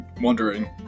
wondering